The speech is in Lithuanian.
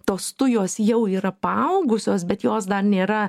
tos tujos jau yra paaugusios bet jos dar nėra